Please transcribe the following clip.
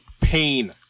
pain